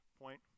point